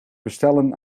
bestellen